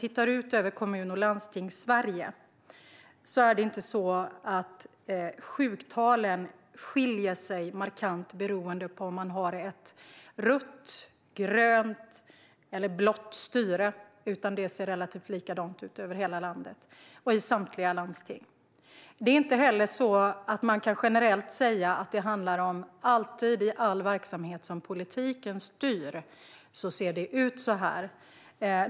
I Kommun och landstingssverige är det inte så att sjuktalen skiljer sig markant beroende på om styret är rött, grönt eller blått, utan det ser i princip likadant ut över hela landet och i samtliga landsting. Man kan inte heller generellt säga att det alltid ser ut så här i all verksamhet som politiken styr.